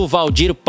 Valdir